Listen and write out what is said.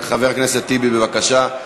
חבר הכנסת טיבי, בבקשה.